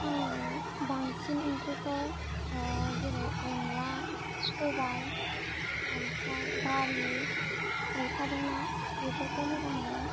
आङो बांसिन ओंख्रिखौ जेरै अनला सबाय ओमफ्राय दालि मैथाजों ना बेफोरखौ मोजां मोनो